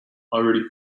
already